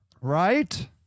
right